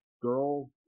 girl